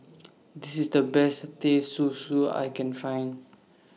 This IS The Best Teh Susu I Can Find